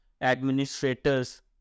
administrators